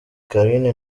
carine